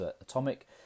Atomic